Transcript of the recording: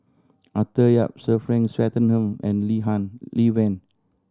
Arthur Yap Sir Frank Swettenham and Lee Han Lee Wen